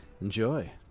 Enjoy